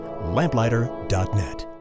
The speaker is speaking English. Lamplighter.net